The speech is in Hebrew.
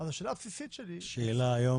אז השאלה הבסיסית שלי -- שאלה היום,